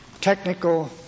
technical